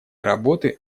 работы